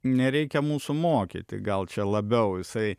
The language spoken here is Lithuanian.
nereikia mūsų mokyti gal čia labiau jisai